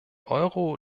euro